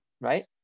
right